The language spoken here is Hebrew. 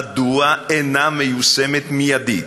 מדוע היא אינה מיושמת מיידית,